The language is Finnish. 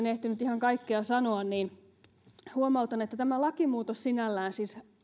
ehtinyt ihan kaikkea sanoa huomautan että tämä lakimuutos sinällään siis